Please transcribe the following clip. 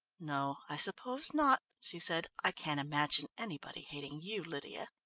no, i suppose not, she said. i can't imagine anybody hating you, lydia.